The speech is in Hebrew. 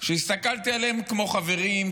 שהסתכלתי עליהם כמו חברים,